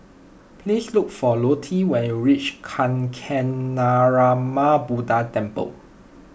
please look for Lottie when you reach Kancanarama Buddha Temple